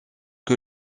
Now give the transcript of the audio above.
que